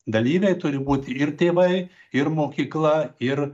dalyviai turi būti ir tėvai ir mokykla ir